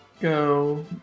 go